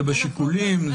זה בשיקולים?